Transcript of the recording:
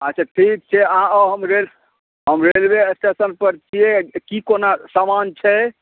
अच्छा ठीक छै अहाँ आउ हम रेल हम रेलवे स्टेशन पर छियै कि कोना सामान छै